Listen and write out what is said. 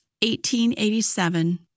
1887